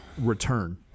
return